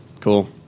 Cool